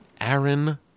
Aaron